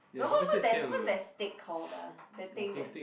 no [what] what's that what's that stick called ah that thing that they